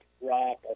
rock